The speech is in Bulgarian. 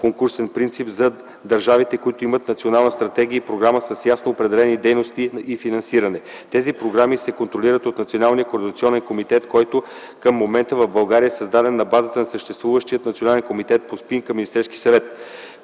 конкурсен принцип за държавите, които имат национална стратегия и програма с ясно определени дейности и финансиране. Тези програми се контролират от Национален координационен комитет, който към момента в България е създаден на базата на съществуващия Национален комитет по СПИН към Министерски съвет.